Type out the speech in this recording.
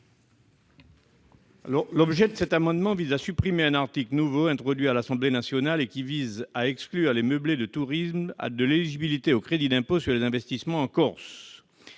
L'objet de cet amendement est de supprimer un article nouveau introduit par l'Assemblée nationale et qui vise à exclure les meublés de tourisme de l'éligibilité au crédit d'impôt sur les investissements en Corse,